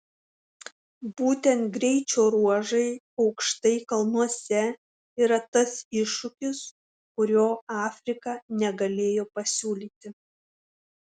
būtent greičio ruožai aukštai kalnuose yra tas iššūkis kurio afrika negalėjo pasiūlyti